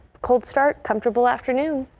cold start comfortable afternoon.